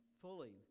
fully